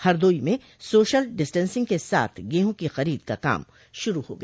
हरदोई में social distancing के साथ गेहूँ की खरीद का काम शुरू हो गया